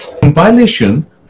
compilation